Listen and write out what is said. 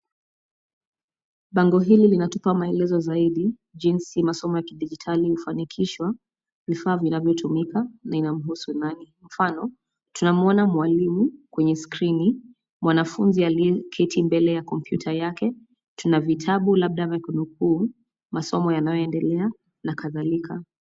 Bango hili linatupa maelezo zaidi jinsi masomo ya kidijitali hufanikishwa, vifaa vinavyotumika na inamhusu nani. Mfano, tunamwona mwalimu kwenye skrini, mwanafunzi aliyeketi mbele ya kompyuta yake, tuna vitabu labda vya kunukuu masomo yanayoendelea na kadhalika.